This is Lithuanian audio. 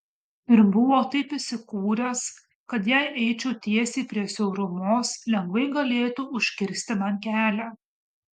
ir buvo taip įsikūręs kad jei eičiau tiesiai prie siaurumos lengvai galėtų užkirsti man kelią